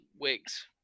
wigs